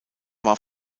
war